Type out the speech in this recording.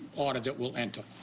order that we'll enter.